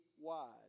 wise